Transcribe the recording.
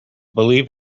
believe